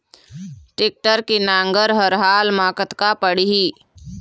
Tractor के नांगर हर हाल मा कतका पड़िही?